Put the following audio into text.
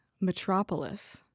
Metropolis